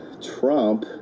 Trump